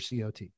COT